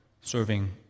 serving